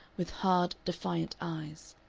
with hard, defiant eyes.